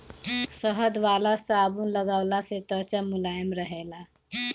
शहद वाला साबुन लगवला से त्वचा मुलायम रहेला